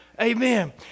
Amen